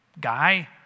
guy